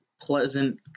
pleasant